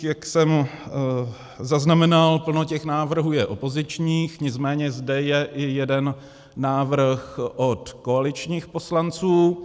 Jak jsem zaznamenal, plno těch návrhů je opozičních, nicméně zde je i jeden návrh od koaličních poslanců.